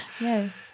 Yes